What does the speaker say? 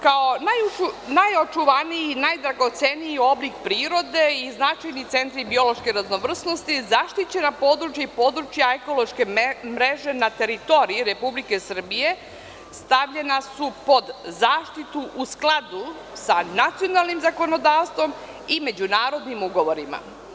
Kao najočuvaniji i najdragoceniji oblik prirode i značajni centri biološke raznovrsnosti, zaštićena područja i područja ekološke mreže na teritoriji Republike Srbije stavljena su pod zaštitu u skladu sa nacionalnim zakonodavstvom i međunarodnim ugovorima.